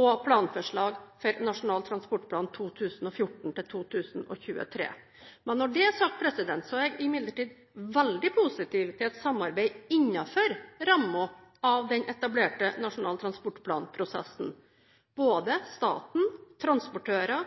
og planforslag for Nasjonal transportplan 2014–2023. Når det er sagt, er jeg imidlertid veldig positiv til et samarbeid innenfor rammen av den etablerte Nasjonal transportplan-prosessen. Både staten, transportører,